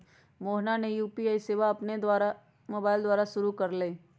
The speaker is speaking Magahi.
मोहना ने यू.पी.आई सेवा अपन मोबाइल द्वारा शुरू कई लय